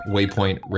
Waypoint